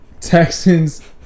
Texans